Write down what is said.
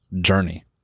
journey